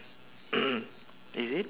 is it